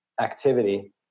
activity